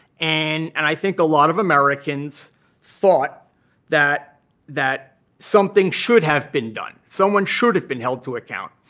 and and i think a lot of americans thought that that something should have been done, someone should have been held to account.